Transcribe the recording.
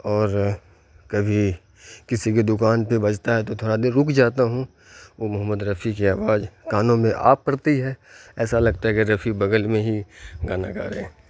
اور کبھی کسی کی دکان پہ بجتا ہے تو تھوڑا دیر رک جاتا ہوں وہ محمد رفیع کی آواز کانوں میں آ پڑتی ہے ایسا لگتا ہے کہ رفیع بغل میں ہی گانا گا رہے ہیں